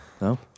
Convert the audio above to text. No